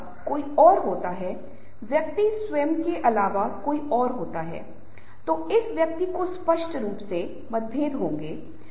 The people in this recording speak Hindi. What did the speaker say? इसलिए ये गुण हमेशा सभी संदर्भों में अच्छे नहीं हो सकते हैं इसलिए इन लोगों को कुछ कमजोरियां भी मिली हैं